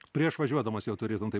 prieš važiuodamas jau turėtum tai